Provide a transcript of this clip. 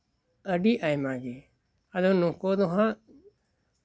ᱟᱹᱰᱤ ᱟᱭᱢᱟᱜᱮ ᱟᱫᱚ ᱱᱩᱠᱩ ᱫᱚ ᱦᱟᱸᱜ